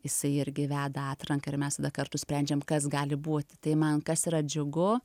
jisai irgi veda atranką ir mes kartu sprendžiam kas gali būti tai man tas yra džiugu